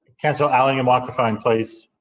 councillor allan, your microphone, please.